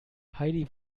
heidi